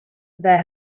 there